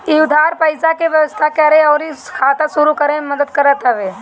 इ उधार पईसा के व्यवस्था करे अउरी खाता शुरू करे में मदद करत हवे